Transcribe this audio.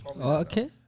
Okay